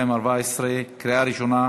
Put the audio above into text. בקריאה ראשונה,